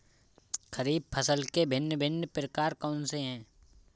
खरीब फसल के भिन भिन प्रकार कौन से हैं?